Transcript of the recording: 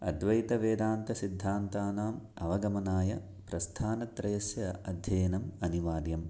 अद्वैतवेदान्तसिद्धान्तानाम् अवगमनाय प्रस्थानत्रयस्य अध्ययनम् अनिवार्यं